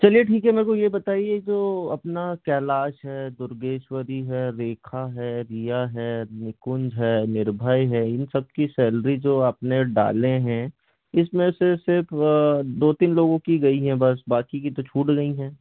चलिए ठीक है मेरे को ये बताइए जो अपना कैलाश है दुर्गेश्वरी है रेखा है रिया है मुकुंद है निर्भय है इन सबकी सैलरी जो आपने डाले हैं इसमें से सिर्फ दो तीन लोगों की गई है बस बाकी तो छूट गईं हैं